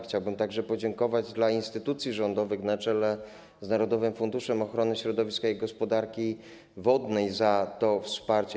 Chciałbym także podziękować instytucjom rządowym, na czele z Narodowym Funduszem Ochrony Środowiska i Gospodarki Wodnej, za to wsparcie.